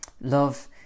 love